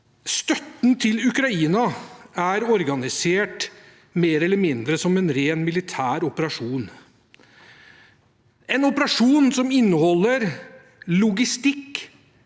Støtten til Ukraina er organisert mer eller mindre som en ren militær operasjon – en operasjon som inneholder logistikk,